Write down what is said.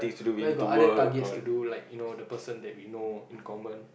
where got other targets to do like you know the person that we know in common